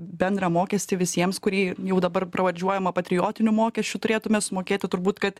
bendrą mokestį visiems kurie jį jau dabar pravardžiuojamą patriotiniu mokesčiu turėtume mokėti turbūt kad